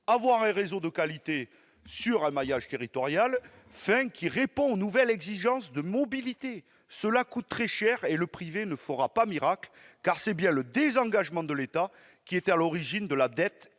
avoir un réseau de qualité avec un maillage territorial fin qui répond aux nouvelles exigences de mobilité coûte très cher, et le privé ne fera pas de miracle. C'est bien le désengagement de l'État qui est à l'origine de la dette